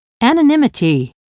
Anonymity